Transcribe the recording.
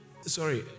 sorry